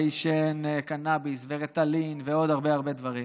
ועישן קנביס וריטלין ועוד הרבה הרבה דברים.